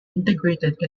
integrated